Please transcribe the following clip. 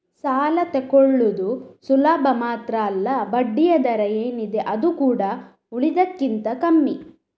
ಸಾಲ ತಕ್ಕೊಳ್ಳುದು ಸುಲಭ ಮಾತ್ರ ಅಲ್ಲ ಬಡ್ಡಿಯ ದರ ಏನಿದೆ ಅದು ಕೂಡಾ ಉಳಿದದಕ್ಕಿಂತ ಕಮ್ಮಿ